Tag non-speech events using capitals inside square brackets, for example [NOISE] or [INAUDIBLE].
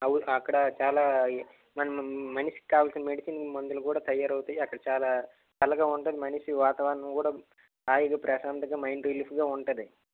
[UNINTELLIGIBLE] అక్కడా చాలా మనం మనిషికి కావాల్సిన మెడిసిన్ మందులు కూడా తయారవుతాయి అక్కడ చాలా చల్లగా ఉంటుంది మనిషి వాతావరణం కూడా హాయిగా ప్రశాంతంగా మైండ్ రిలీఫ్గా ఉంటుంది